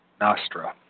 Nostra